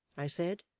i said.